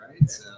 right